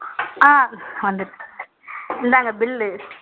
ஆ வந்துட்டு இந்தாங்க பில்